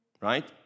right